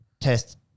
test